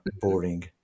boring